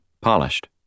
polished